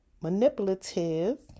manipulative